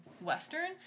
Western